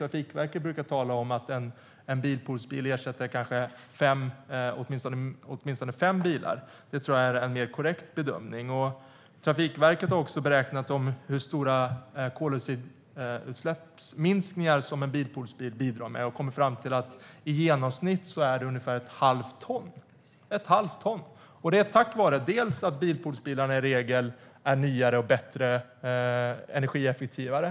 Trafikverket brukar tala om att en bilpoolsbil ersätter åtminstone fem bilar. Det tror jag är en mer korrekt bedömning. Trafikverket har också beräknat hur stora koldioxidutsläppsminskningar som en bilpoolsbil bidrar med och kommit fram till att det i genomsnitt är ungefär ett halvt ton. Det är tack vare att bilpoolsbilarna i regel är nyare, bättre och energieffektivare.